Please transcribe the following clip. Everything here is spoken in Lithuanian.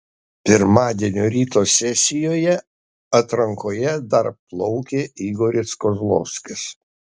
pirmadienio ryto sesijoje atrankoje dar plaukė igoris kozlovskis